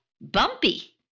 bumpy